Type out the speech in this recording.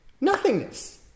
Nothingness